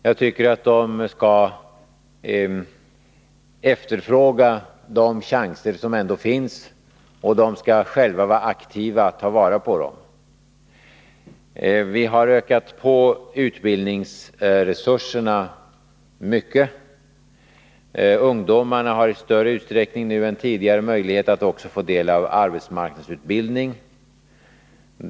Jag tycker att de skall efterfråga de chanser som ändå finns, och de skall själva vara aktiva och ta vara på dem. Vi har ökat på utbildningsresurserna mycket. Ungdomarna har i större utsträckning nu än tidigare möjlighet att också få del av arbetsmarknadsutbildning.